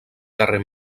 carrer